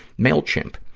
mailchimp.